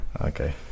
okay